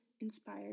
inspired